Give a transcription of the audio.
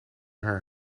haar